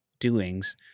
Doings